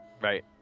Right